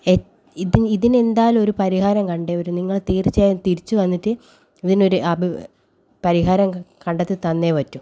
ഇതിനെ ഇതിനെന്തായാലും ഒരു പരിഹാരം കണ്ടേ പറ്റൂ നിങ്ങൾ തീർച്ചയായും തിരിച്ചു വന്നിട്ട് ഇതിനൊരു അഭി പരിഹാരം കണ്ടെത്തി തന്നേ പറ്റൂ